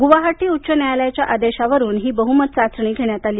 गुवाहाटी उच्च न्यायालयाच्या आदेशावरून ही बह्मत चाचणी घेण्यात आली